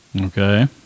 Okay